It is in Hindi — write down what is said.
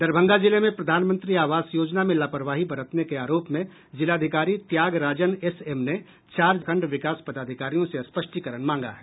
दरभंगा जिले में प्रधानमंत्री आवास योजना में लापरवाही बरतने के आरोप में जिलाधिकारी त्यागराजन एसएम ने चार प्रखण्ड विकास पदाधिकारियों से स्पष्टीकरण माँगा है